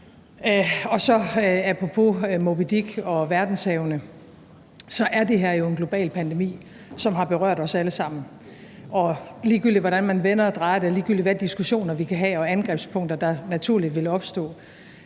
apropos Moby Dick og verdenshavene er det her jo en global pandemi, som har berørt os alle sammen, og ligegyldigt hvordan man vender og drejer det, og ligegyldigt hvilke diskussioner vi kan have, og hvilke angrebspunkter der naturligt vil opstå,